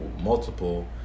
multiple